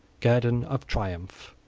guerdon of triumph,